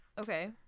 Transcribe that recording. Okay